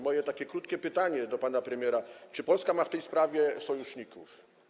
Moje krótkie pytanie do pana premiera: Czy Polska ma w tej sprawie sojuszników?